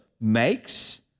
makes